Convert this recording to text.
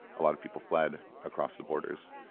a lot of people fled across the borders.